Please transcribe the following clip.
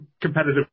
competitive